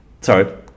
Sorry